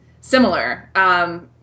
similar